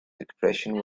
expression